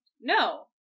No